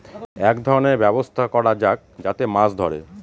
এক ধরনের ব্যবস্থা করা যাক যাতে মাছ ধরে